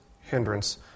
hindrance